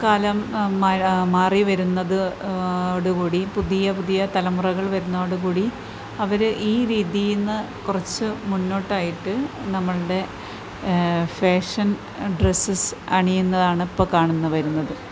കാലം മാ മാറി വരുന്നത് ഓടു കൂടി പുതിയ പുതിയ തലമുറകൾ വരുന്നതോടുകൂടി അവർ ഈ രീതിന്ന് കുറച്ച് മുന്നോട്ടായിട്ട് നമ്മൾടെ ഫേഷൻ ഡ്രെസ്സസ് അണിയുന്നതാണ് ഇപ്പോൾ കാണുന്നത് വരുന്നത്